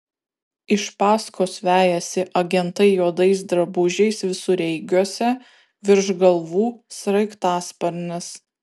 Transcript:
iš paskos vejasi agentai juodais drabužiais visureigiuose virš galvų sraigtasparnis